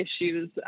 issues